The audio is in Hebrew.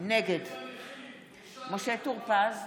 נגד משה טור פז,